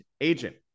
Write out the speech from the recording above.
agent